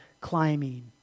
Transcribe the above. climbing